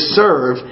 serve